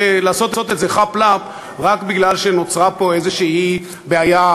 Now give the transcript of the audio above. ולעשות את זה חאפ-לאפ רק בגלל שנוצרה פה איזושהי בעיה,